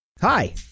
Hi